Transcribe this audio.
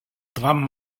tram